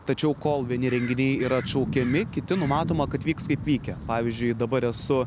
tačiau kol vieni renginiai yra atšaukiami kiti numatoma kad vyks kaip vykę pavyzdžiui dabar esu